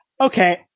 okay